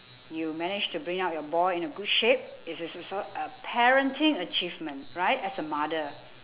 you managed to bring up your boy in a good shape it's it's also a parenting achievement right as a mother